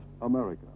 America